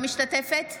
משתתפת?